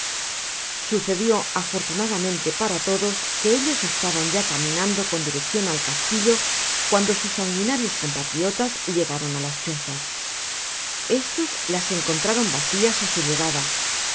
sucedió afortunadamente para todos que ellos estaban ya caminando con direccion al castillo cuando sus sanguinarios compatriotas llegaron á las chozas estos las encontraron vacias á su llegada